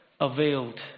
availed